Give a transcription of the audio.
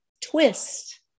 twist